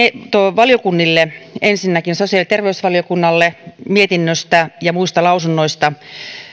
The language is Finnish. valiokunnille ensinnäkin mietinnöstä sosiaali ja terveysvaliokunnalle ja lausunnoista